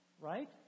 right